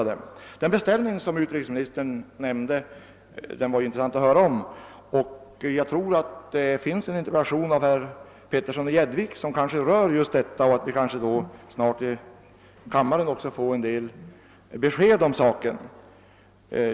Den beställning som utrikesministern nämnde var intressant att höra talas om, och jag tror att det finns en inter pellation av herr Petersson i Gäddvik som rör detta, och därför kan kammaren kanske också snart få en del besked om saken.